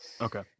okay